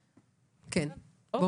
מצוין.